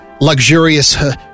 luxurious